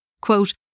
quote